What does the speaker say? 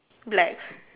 black